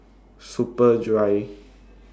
Superdry